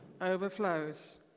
overflows